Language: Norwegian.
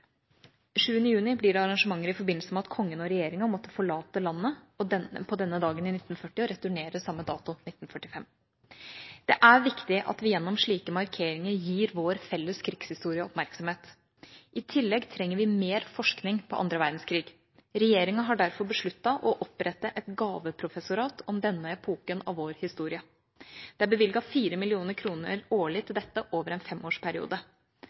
juni blir det arrangementer i forbindelse med at Kongen og regjeringa måtte forlate landet på denne dagen i 1940 og returnerte på samme dato i 1945. Det er viktig at vi gjennom slike markeringer gir vår felles krigshistorie oppmerksomhet. I tillegg trenger vi mer forskning på 2. verdenskrig. Regjeringa har derfor besluttet å opprette et gaveprofessorat om denne epoken av vår historie. Det er bevilget 4 mill. kr årlig til dette over en femårsperiode.